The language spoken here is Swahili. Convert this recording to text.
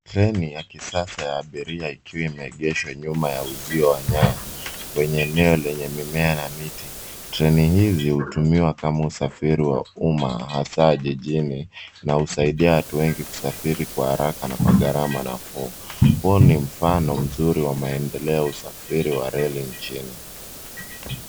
Treni ya kisasa ya abiria ikiwa imeegeshwa nyuma ya uzio wa nyaya kwenye eneo lenye mimea na miti. Treni hizi hutumiwa kama usafiri wa umma hasa jijini na husaidia watu wengi kusafiri kwa haraka na kwa gharama nafuu. Huu ni mfano mzuri wa maendeleo ya usafiri wa reli nchini.